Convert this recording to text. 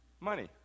money